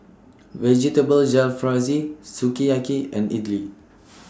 Vegetable Jalfrezi Sukiyaki and Idili